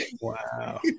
Wow